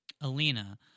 Alina